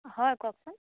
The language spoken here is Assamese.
হয় কওকচোন